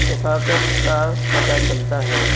ثقافت کا پتہ چلتا ہے